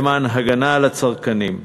למען הגנה על הצרכנים.